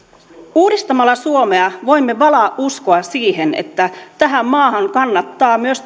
uudistamalla suomea voimme valaa uskoa siihen että tähän maahan kannattaa myös